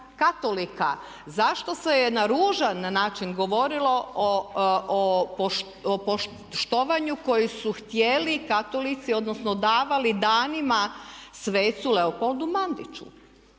Zašto se je na ružan način govorilo o štovanju koji su htjeli Katolici odnosno davali danima svecu Leopoldu Mandiću,